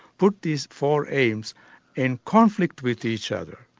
put these four aims in conflict with each other,